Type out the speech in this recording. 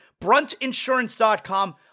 bruntinsurance.com